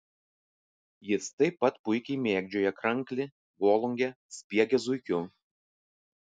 jis taip pat puikiai mėgdžioja kranklį volungę spiegia zuikiu